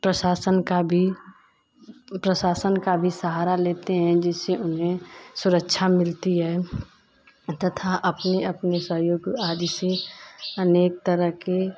प्रशासन का भी प्रशासन का भी सहारा लेते हैं जिससे उन्हें सुरक्षा मिलती है तथा अपने अपने कार्यों को आदि से अनेक तरह के